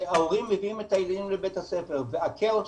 ההורים מביאים את הילדים לבית הספר והכאוס,